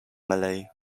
malay